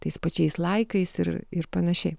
tais pačiais laikais ir ir panašiai